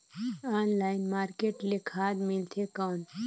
Online market ले खाद मिलथे कौन?